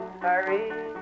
hurry